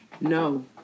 No